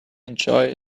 enjoy